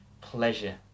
pleasure